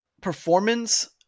performance